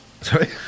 Sorry